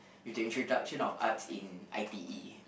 with the introduction of arts in I_T_E